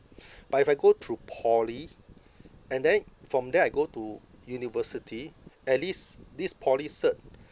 but if I go through poly and then from there I go to university at least this poly cert